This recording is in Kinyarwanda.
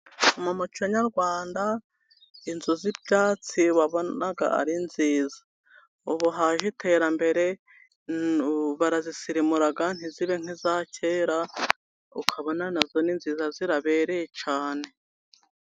Mu muco nyarwanda, inzu z'ibyatsi wabonaga ari nziza. Ubu haje iterambere, barazisirimura ntizibe nk'iza kera, ukabona nazo ni nziza, zirabereye cyane.